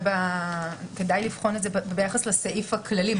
כדאי לבחון את זה ביחס לסעיף הכללי.